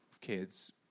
kids